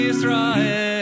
Israel